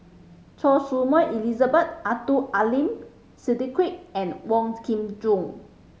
Choy Su Moi Elizabeth Abdul Aleem Siddique and Wong Kin Jong